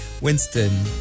Winston